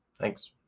Thanks